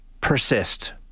persist